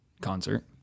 concert